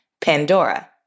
Pandora